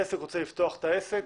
אדם רוצה לפתוח עסק,